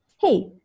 hey